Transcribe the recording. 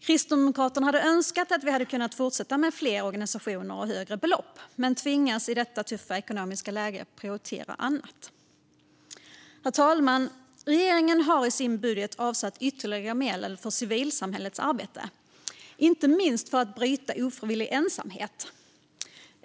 Kristdemokraterna hade önskat att vi hade kunnat fortsätta med fler organisationer och högre belopp, men vi tvingas i detta tuffa ekonomiska läge prioritera annat. Herr talman! Regeringen har i sin budget avsatt ytterligare medel för civilsamhällets arbete, inte minst för att bryta ofrivillig ensamhet.